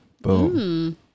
Boom